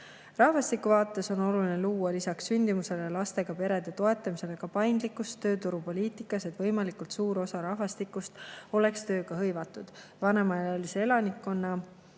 Rahvastiku vaates on oluline luua lisaks sündimuse kasvu ja lastega perede toetamisele ka paindlikkus tööturupoliitikas, et võimalikult suur osa rahvastikust oleks tööga hõivatud. Vanemaealise elanikkonna